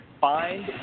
find